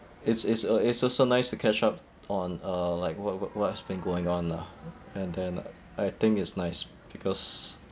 it's it's uh it's also nice to catch up on uh like what what what has been going on ah and then uh I think it's nice because